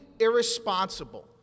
irresponsible